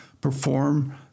perform